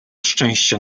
szczęścia